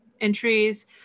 entries